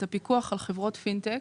את הפיקוח על חברות פינטק,